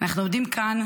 אנחנו עומדים כאן,